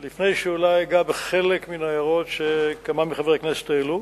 אולי לפני שאגע בחלק מן ההערות שכמה מחברי הכנסת העלו.